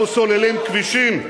אנחנו סוללים כבישים,